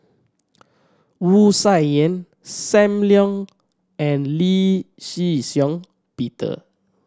Wu Tsai Yen Sam Leong and Lee Shih Shiong Peter